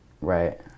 right